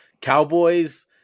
Cowboys